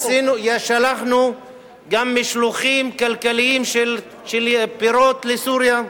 שלחנו גם משלוחים כלכליים של פירות לסוריה,